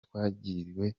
twasigiwe